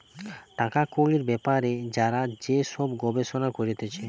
টাকা কড়ির বেপারে যারা যে সব গবেষণা করতিছে